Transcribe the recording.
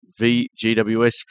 VGWS